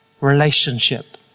Relationship